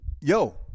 Yo